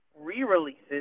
re-releases